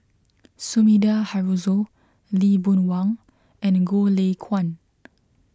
Sumida Haruzo Lee Boon Wang and Goh Lay Kuan